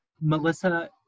Melissa